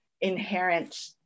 inherent